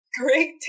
great